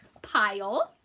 pile.